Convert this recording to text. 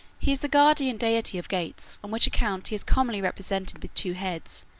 he is the guardian deity of gates, on which account he is commonly represented with two heads,